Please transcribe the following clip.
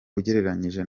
ugereranyije